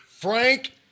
Frank